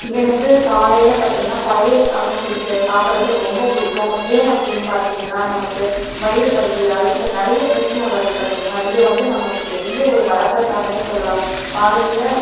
எனக்கு காலையில் பார்த்தீங்கன்னா பழைய சாதம் பிடிக்கறது சாப்புடுறதுக்கு ரொம்ப பிடிக்கும் ஏன் அப்படினு பார்த்தீங்கன்னா நமக்கு வயிறுவலி அல்சர் நிறைய பிரச்சனை வருது பார்த்தீங்கன்னா இது வந்து நமக்கு பெரிய ஒரு வரப்பிரசாதம்னே சொல்லலாம் காலையில்